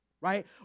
right